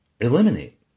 eliminate